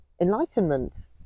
enlightenment